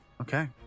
okay